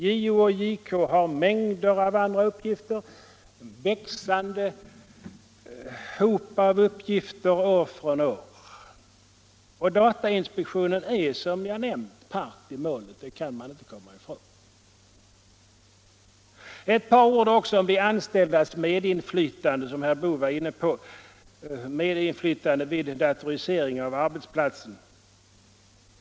JO och JK har mängder av andra uppgifter som växer år från år, och datainspektionen är, som jag nämnt, part i målet — det kan man inte komma ifrån. Ett par ord också om de anställdas medinflytande vid datorisering av arbetsplatser, som herr Boo var inne på.